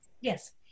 Yes